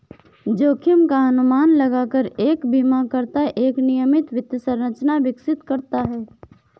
जोखिम का अनुमान लगाकर एक बीमाकर्ता एक नियमित वित्त संरचना विकसित करता है